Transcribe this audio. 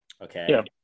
okay